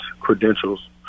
credentials